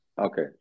Okay